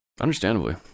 Understandably